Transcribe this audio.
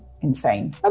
insane